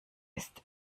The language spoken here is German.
ist